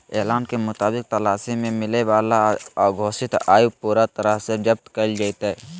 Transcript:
ऐलान के मुताबिक तलाशी में मिलय वाला अघोषित आय पूरा तरह से जब्त कइल जयतय